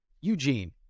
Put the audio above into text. Eugene